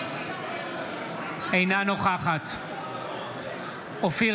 אינה נוכחת אופיר